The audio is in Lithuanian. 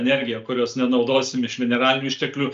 energiją kurios nenaudosim iš mineralinių išteklių